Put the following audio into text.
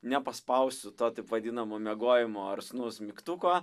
nepaspausiu to taip vadinamo miegojimo ar snoose mygtuko